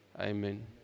Amen